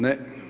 Ne.